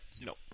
Nope